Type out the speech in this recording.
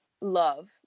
Love